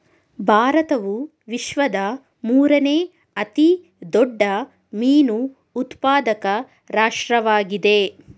ಭಾರತವು ವಿಶ್ವದ ಮೂರನೇ ಅತಿ ದೊಡ್ಡ ಮೀನು ಉತ್ಪಾದಕ ರಾಷ್ಟ್ರವಾಗಿದೆ